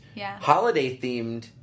holiday-themed